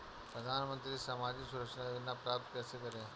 प्रधानमंत्री सामाजिक सुरक्षा योजना प्राप्त कैसे करें?